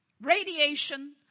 radiation